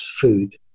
food